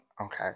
Okay